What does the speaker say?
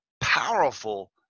powerful